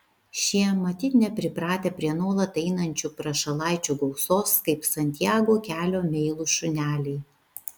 šie matyt nepripratę prie nuolat einančių prašalaičių gausos kaip santiago kelio meilūs šuneliai